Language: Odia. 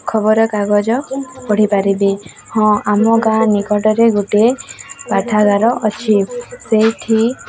ଖବରକାଗଜ ପଢ଼ିପାରିବି ହଁ ଆମ ଗାଁ ନିକଟରେ ଗୋଟିଏ ପାଠାଗାର ଅଛି ସେଇଠି